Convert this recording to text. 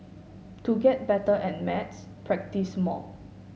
to get better at maths practise more